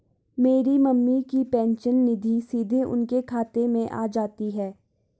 मेरी मम्मी की पेंशन निधि सीधे उनके खाते में आ जाती है